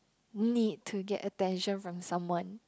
need to get attention from someone